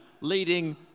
leading